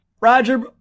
Roger